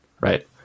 right